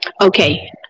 Okay